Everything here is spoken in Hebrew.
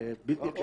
זה בלתי אפשרי.